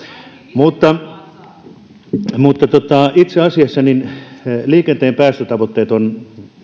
mutta mutta itse asiassa liikenteen päästötavoitteet ovat